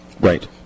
Right